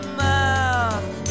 mouth